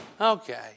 Okay